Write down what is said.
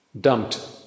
dumped